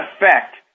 effect